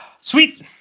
Sweet